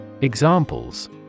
Examples